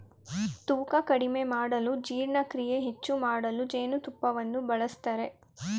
ತೂಕ ಕಡಿಮೆ ಮಾಡಲು ಜೀರ್ಣಕ್ರಿಯೆ ಹೆಚ್ಚು ಮಾಡಲು ಜೇನುತುಪ್ಪವನ್ನು ಬಳಸ್ತರೆ